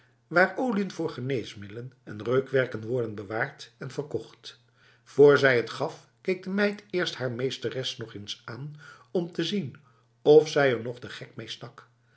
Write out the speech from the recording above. waarin oliën voor geneesmiddelen en reukwerken worden bewaard en verkocht voor zij t haar gaf keek de meid eerst haar meesteres nog eens aan om te zien of zij er nog de gek mee stak